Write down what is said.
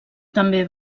també